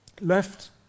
left